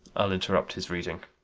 i'll interrupt his reading.